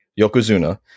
Yokozuna